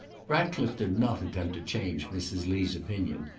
ratcliffe did not attempt to change mrs. lee's opinion.